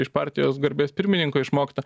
iš partijos garbės pirmininko išmokta